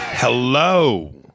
Hello